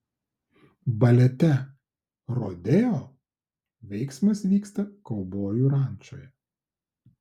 balete rodeo veiksmas vyksta kaubojų rančoje